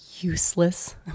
useless